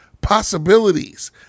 possibilities